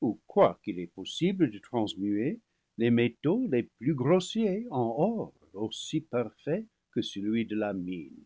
ou croit qu'il est possible de transmuer les métaux les plus grossiers en or aussi parfait que celui de la mine